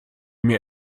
mir